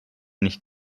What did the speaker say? nicht